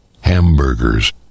hamburgers